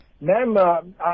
Ma'am